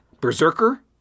berserker